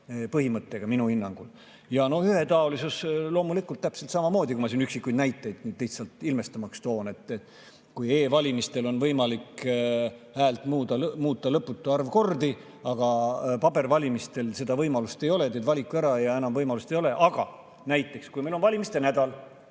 põhimõttega. Ja ühetaolisus, loomulikult, täpselt samamoodi, kui ma siin üksikuid näiteid lihtsalt ilmestamiseks toon. E‑valimistel on võimalik häält muuta lõputu arv kordi, aga paberil valimistel seda võimalust ei ole. Teed valiku ära ja enam võimalust ei ole. Näiteks, meil on valimiste nädal,